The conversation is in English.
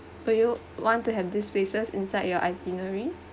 would you want to have these places inside your itinerary